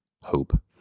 hope